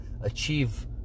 achieve